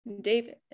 David